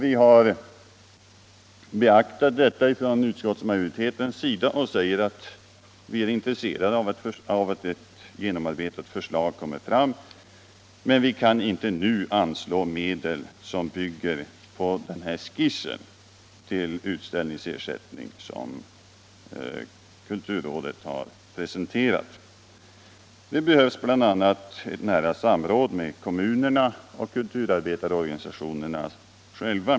Vi har beaktat det från utskottsmajoritetens sida och säger att vi är intresserade av att ett genomarbetat förslag kommer fram, men vi kan inte nu tillstyrka ett anslag som bygger på den skiss till utställningsersättning som kulturrådet har presenterat. Det behövs bl.a. ett nära samråd med kommunerna och kulturarbetarorganisationerna själva.